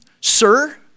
Sir